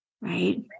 Right